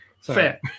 Fair